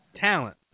Talent